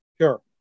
Sure